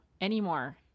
anymore